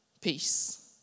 Peace